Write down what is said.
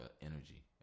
energy